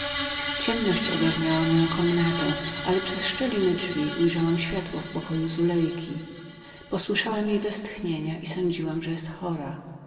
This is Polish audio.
ciemność ogarniała moją komnatę ale przez szczeliny drzwi ujrzałam światło w pokoju zulejki posłyszałam jej westchnienia i sądziłam że była chorą